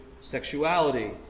sexuality